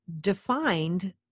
defined